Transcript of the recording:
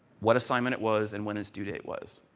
what assignment it was, and when its due date was.